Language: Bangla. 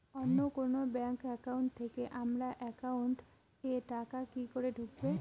অন্য কোনো ব্যাংক একাউন্ট থেকে আমার একাউন্ট এ টাকা কি করে ঢুকবে?